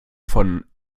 von